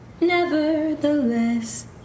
nevertheless